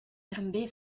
també